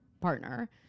partner